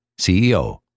CEO